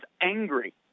angry